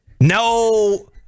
No